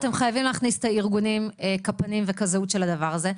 אתם חייבים להכניס את הארגונים כפנים וכזהות של הדבר הזה.